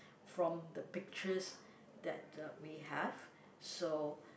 from the pictures that uh we have so